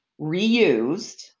reused